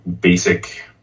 basic